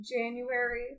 January